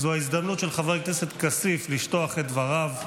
זו ההזדמנות של חבר הכנסת כסיף לשטוח את דבריו.